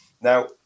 Now